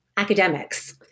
academics